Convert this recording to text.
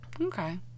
okay